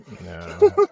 No